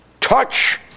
touch